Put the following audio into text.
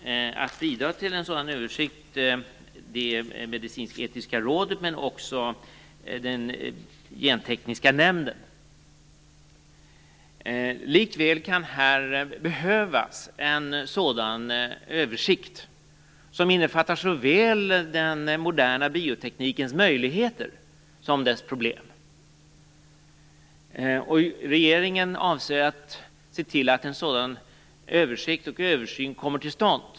Att bidra till en sådan översikt är en uppgift för Medicinsketiska rådet och Gentekniska nämnden. Likväl kan det behövas en översikt som innefattar såväl den moderna bioteknikens möjligheter som dess problem. Regeringen avser att se till att en sådan översikt och översyn kommer till stånd.